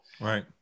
right